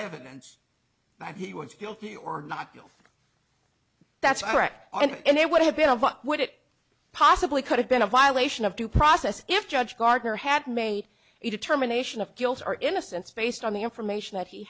evidence that he was guilty or not kill that's correct and it would have been a what would it possibly could have been a violation of due process if judge gardner had made a determination of guilt or innocence based on the information that he